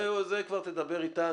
זה כבר תדבר איתה,